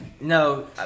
No